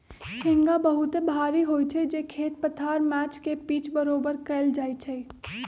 हेंगा बहुते भारी होइ छइ जे खेत पथार मैच के पिच बरोबर कएल जाइ छइ